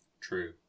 True